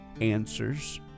answers